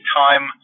time –